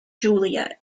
julia